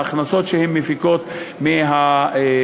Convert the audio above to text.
ההכנסות שהן מפיקות מהאנשים,